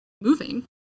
moving